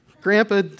Grandpa